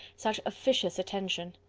such officious attention!